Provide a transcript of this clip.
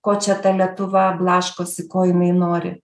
ko čia ta lietuva blaškosi ko jinai nori